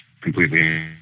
completely